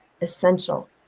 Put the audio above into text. essential